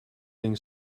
being